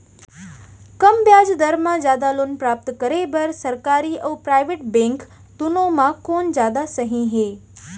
कम ब्याज दर मा जादा लोन प्राप्त करे बर, सरकारी अऊ प्राइवेट बैंक दुनो मा कोन जादा सही हे?